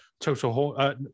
total